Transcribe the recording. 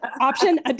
option